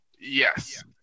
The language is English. Yes